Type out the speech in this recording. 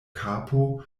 kapo